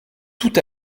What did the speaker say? tout